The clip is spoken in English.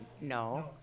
No